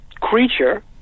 creature